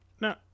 Now